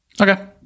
Okay